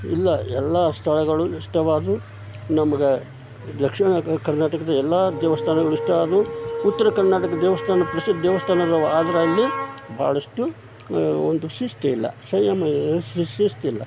ಇಲ್ಲ ಎಲ್ಲ ಸ್ಥಳಗಳು ಇಷ್ಟವಾದವು ನಮ್ಗೆ ದಕ್ಷಿಣ ಕರ್ನಾಟಕದ ಎಲ್ಲ ದೇವಸ್ಥಾನಗಳಿಷ್ಟ ಆದವು ಉತ್ತರ ಕರ್ನಾಟಕದ ದೇವಸ್ಥಾನ ಪ್ರಸಿದ್ಧ ದೇವಸ್ಥಾನದವ ಆದ್ರೆ ಅಲ್ಲಿ ಭಾಳಷ್ಟು ಒಂದು ಶಿಸ್ತು ಇಲ್ಲ ಸಂಯಮ ಶಿಸ್ತಿಲ್ಲ